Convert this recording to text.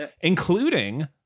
including